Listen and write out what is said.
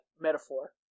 metaphor